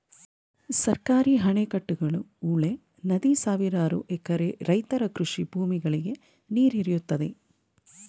ಸರ್ಕಾರಿ ಅಣೆಕಟ್ಟುಗಳು, ಹೊಳೆ, ನದಿ ಸಾವಿರಾರು ಎಕರೆ ರೈತರ ಕೃಷಿ ಭೂಮಿಗಳಿಗೆ ನೀರೆರೆಯುತ್ತದೆ